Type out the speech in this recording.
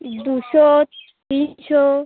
দুশো তিনশো